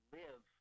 live